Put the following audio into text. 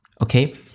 Okay